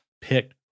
picked